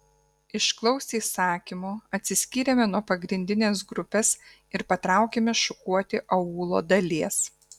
išklausę įsakymo atsiskyrėme nuo pagrindinės grupės ir patraukėme šukuoti aūlo dalies